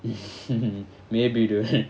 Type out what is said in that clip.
maybe it will